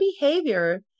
behavior